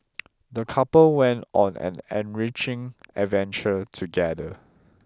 the couple went on an enriching adventure together